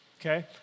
Okay